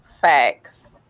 Facts